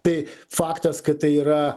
tai faktas kad tai yra